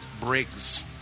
Briggs